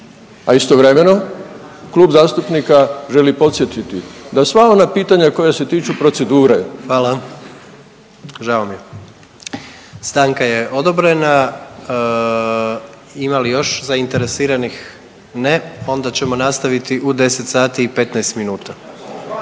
a istovremeno klub zastupnika želi podsjetiti da sva ona pitanja koja se tiču procedure… **Jandroković, Gordan (HDZ)** Hvala. Žao mi je. Stanka je odobrena. Ima li još zainteresiranih? Ne. Onda ćemo nastaviti u 10 sati i 15 minuta.